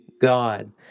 God